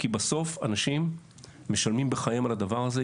כי בסוף אנשים משלמים בחייהם על הדבר הזה.